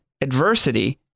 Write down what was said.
adversity